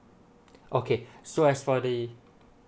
okay so as for the